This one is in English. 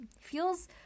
feels